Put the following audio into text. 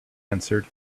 answered